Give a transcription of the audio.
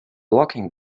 locking